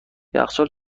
یخچال